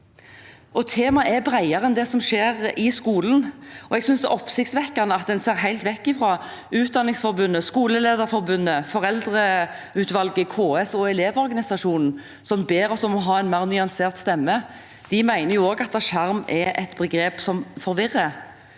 Temaet er bredere enn det som skjer i skolen. Jeg synes det er oppsiktsvekkende at en ser helt vekk fra Utdanningsforbundet, Skolelederforbundet, Foreldreutvalget, KS og Elevorganisasjonen, som ber oss om å ha en mer nyansert stemme. De mener jo også at «skjerm» er et begrep som forvirrer,